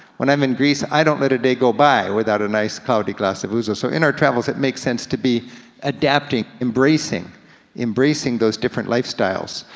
when i'm in greece, i don't let a day go by without a nice, cloudy glass of ouzo. so in our travels, it makes sense to be adapting, embracing embracing those different lifestyles.